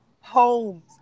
homes